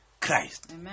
Christ